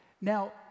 Now